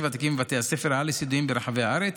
ותיקים בבתי ספר על-יסודיים ברחבי הארץ,